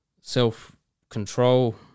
self-control